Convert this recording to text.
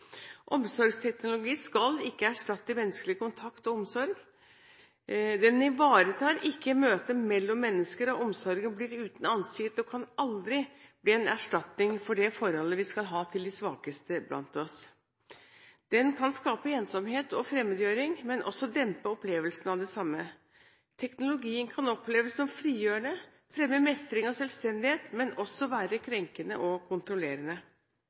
Omsorgsteknologi skal ikke erstatte menneskelig kontakt og omsorg. Den ivaretar ikke møtet mellom mennesker, og omsorgen blir uten ansikt og kan aldri bli en erstatning for det forholdet vi skal ha til de svakeste blant oss. Den kan skape ensomhet og fremmedgjøring, men også dempe opplevelsen av det samme. Teknologien kan oppleves som frigjørende, fremme mestring og selvstendighet, men også være krenkende og kontrollerende.